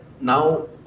now